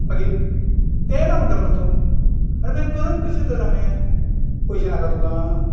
मागीर तेंय ना म्हणटा मरे तूं आरे मागीर करप कशें तर हांवें पयशें नाका तुका